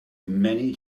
many